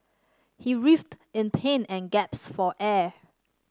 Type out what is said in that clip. he writhed in pain and gasped for air